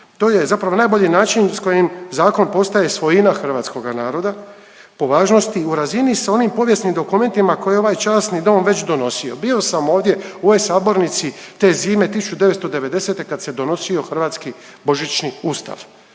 To je zapravo najbolji način sa kojim zakon postaje svojina hrvatskoga naroda po važnosti u razini sa onim povijesnim dokumentima koje je ovaj Časni dom već donosio. Bio sam ovdje u ovoj sabornici te zime 1990. kad se donosio hrvatski Božićni Ustav